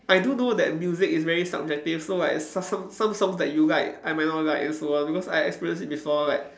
I do know that music is very subjective so like some some some songs that you like I might not like also ah because I experience it before like